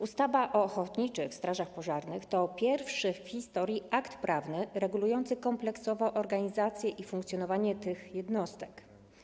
Ustawa o ochotniczych strażach pożarnych to pierwszy w historii akt prawny regulujący kompleksowo organizację i funkcjonowanie tych jednostek.